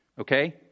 Okay